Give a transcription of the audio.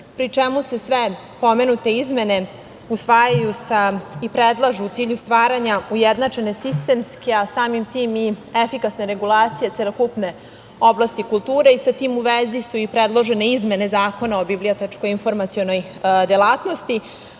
pri čemu se sve pomenute izmene usvajaju i predlažu u cilju stvaranje ujednačene sistemske, a samim tim i efikasne regulacije celokupne oblasti kulture i sa tim u vezi su i predložene izmene Zakona o bibliotečko-informacionoj delatnosti